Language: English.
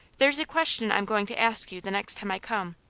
there's a question i'm going to ask you the next time i come.